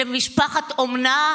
למשפחת אומנה,